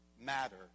matter